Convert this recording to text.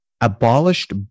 abolished